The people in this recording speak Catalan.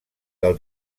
del